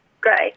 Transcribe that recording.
great